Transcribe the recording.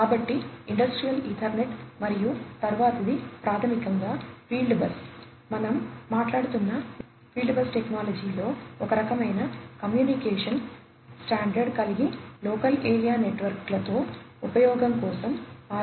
కాబట్టి ఇండస్ట్రియల్ ఈథర్నెట్లుఫీల్డ్ సాధనాలు ఫీల్డ్తో కనెక్టివిటీని కలిగి ఉన్నాయి